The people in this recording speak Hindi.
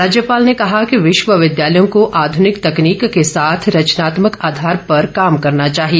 राज्यपाल ने कहा कि विश्वविद्यालयों को आधनिक तकनीक के साथ रचनात्मक आधार पर काम करना चाहिए